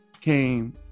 came